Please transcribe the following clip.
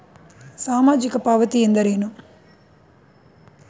ಸಾಮಾಜಿಕ ಪಾವತಿ ಎಂದರೇನು?